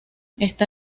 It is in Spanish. está